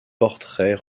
portraits